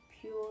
pure